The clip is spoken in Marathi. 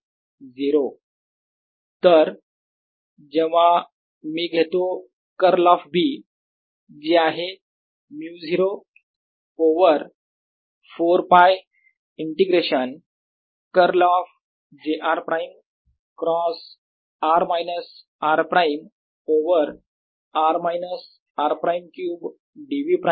jr0 तर जेव्हा मी घेतो कर्ल ऑफ B जे आहे 𝜇0 over 4π integration curl of j r prime cross r minus r prime over r minus r prime cube dv prime